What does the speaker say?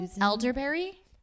elderberry